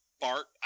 Bart